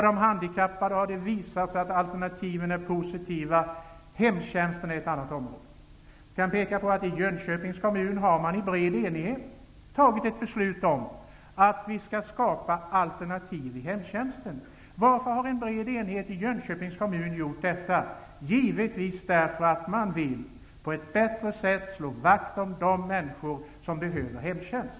Det har visat sig att alternativen är positiva för de handikappade. Hemtjänsten är ett annat område. Jag kan peka på att man i Jönköpings kommun i bred enighet har fattat beslut om att skapa alternativ i hemtjänsten. Varför har en bred enighet i Jönköpings kommun fattat detta beslut? Det är givetvis för att man på ett bättre sätt vill slå vakt om de människor som behöver hemtjänst.